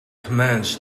commands